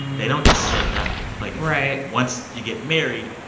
they don't just set it up. like. right. once you get married,